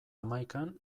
hamaikan